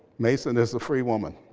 mason is a free woman.